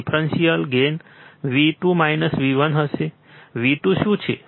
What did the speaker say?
differential gain V2 V1 હશે V2 શું છે